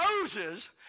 Moses